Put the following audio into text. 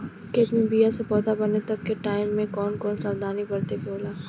खेत मे बीया से पौधा बने तक के टाइम मे कौन कौन सावधानी बरते के होला?